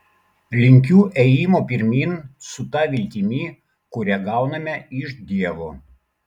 linkiu ėjimo pirmyn su ta viltimi kurią gauname iš dievo